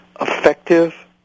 effective